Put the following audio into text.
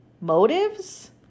motives